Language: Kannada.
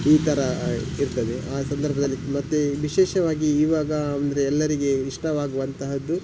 ಈ ಥರ ಇರ್ತದೆ ಆ ಸಂದರ್ಭದಲ್ಲಿ ಮತ್ತೆ ವಿಶೇಷವಾಗಿ ಇವಾಗ ಅಂದರೆ ಎಲ್ಲರಿಗೆ ಇಷ್ಟವಾಗುವಂತಹದ್ದು